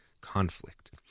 conflict